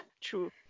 true